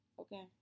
okay